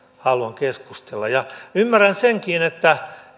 haluan keskustella ymmärrän senkin että